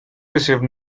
received